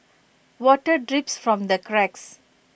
water drips from the cracks